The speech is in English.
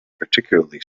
particularly